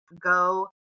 go